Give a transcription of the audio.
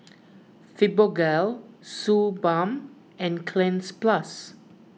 Fibogel Suu Balm and Cleanz Plus